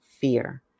fear